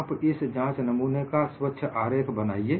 आप इस जांच नमूने का स्वच्छ आरेख बनाइए